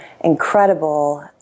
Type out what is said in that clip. incredible